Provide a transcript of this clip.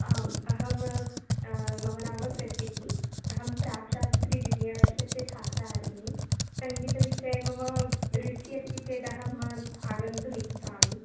आम् अहम् मम नाम प्रसिद्धिः अहं प्राक्शास्त्री द्वितियवर्षस्य छात्रा अस्मि सङ्गीतविषये मम रुचिः अस्ति चेदहम् आगन्तुमिच्छामि